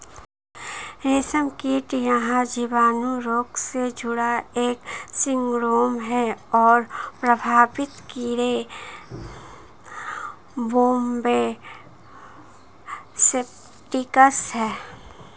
रेशमकीट यह जीवाणु रोग से जुड़ा एक सिंड्रोम है और प्रभावित कीड़े बॉम्बे सेप्टिकस है